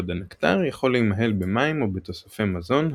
בעוד הנקטר יכול להימהל במים או בתוספי מזון,